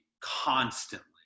constantly